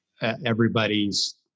everybody's